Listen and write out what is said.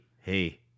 hey